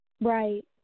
Right